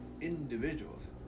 individuals